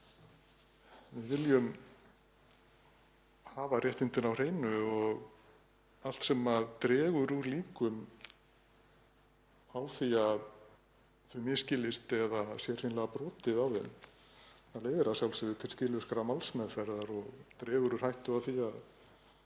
Við viljum hafa réttindin á hreinu. Allt sem dregur úr líkum á því að þau misskiljist eða að það sé hreinlega brotið á þeim leiðir að sjálfsögðu til skilvirkrar málsmeðferðar og dregur úr hættu á því að